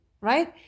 right